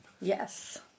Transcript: Yes